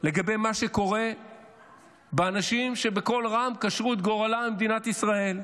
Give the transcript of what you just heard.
אני מזהיר לגבי מה שקורה לאנשים שבקול רם קשרו את גורלם למדינת ישראל,